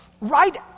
Right